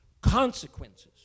Consequences